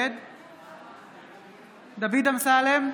נגד דוד אמסלם,